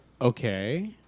okay